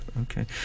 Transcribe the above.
okay